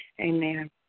Amen